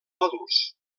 mòduls